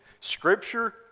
scripture